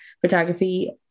photography